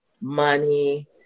money